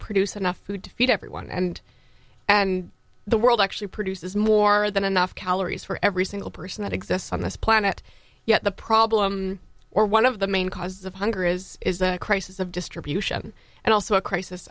produce enough food to feed everyone and and the world actually produces more than enough calories for every single person that exists on this planet yet the problem or one of the main causes of hunger is a crisis of distribution and also a crisis